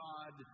God